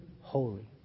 holy